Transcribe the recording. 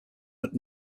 but